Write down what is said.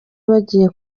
bagiye